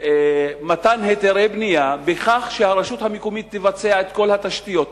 מתן היתרי בנייה בכך שהרשות המקומית תבצע את כל התשתיות.